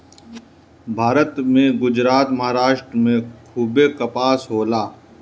भारत में गुजरात, महाराष्ट्र में खूबे कपास होला